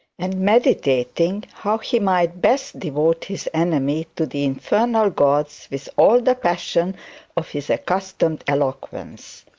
and meditating how he might best devote his enemy to the infernal gods with all the passion of his accustomed eloquence.